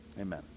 Amen